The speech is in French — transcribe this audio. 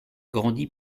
grandi